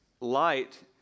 light